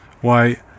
Why